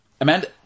Amanda